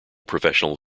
professional